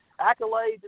accolades